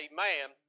Amen